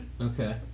Okay